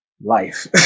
life